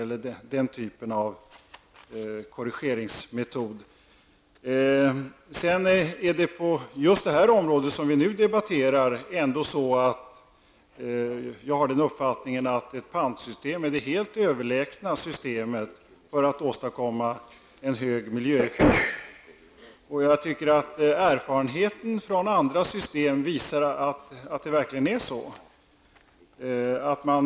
På det område som vi just nu debatterar är min uppfattning att ett pantsystem är det helt överlägsna systemet för att åstadkomma en hög miljöeffekt. Erfarenheten från andra system tycker jag visar att det verkligen är så.